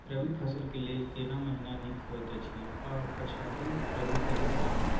रबी फसल के लेल केना महीना नीक होयत अछि आर पछाति रबी कहिया तक?